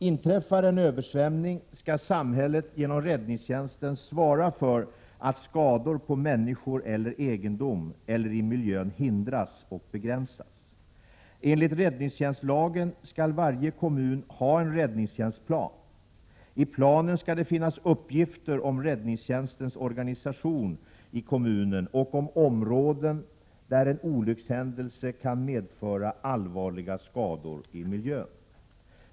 Inträffar en översvämning, skall samhället genom räddningstjänsten svara för att skador på människor eller egendom eller i miljön hindras och begränsas. Enligt räddningstjänstlagen skall varje kommun ha en räddningstjänstplan. I planen skall det finnas uppgifter om räddningstjänstens organisation i kommunen och om områden där en olyckshändelse kan medföra allvarliga skador i miljön.